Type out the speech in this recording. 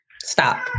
Stop